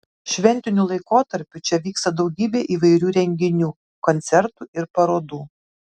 šventiniu laikotarpiu čia vyksta daugybė įvairių renginių koncertų ir parodų